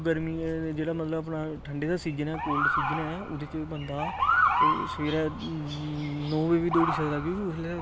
गर्मिये च जेह्ड़ा मतलब अपना ठंडी दा सीजन ऐ कोल्ड सीजन ऐ ओह्दे च बंदा सवेरै नौ बजे बी दौड़ी सकदा क्योंकि उसलै